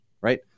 Right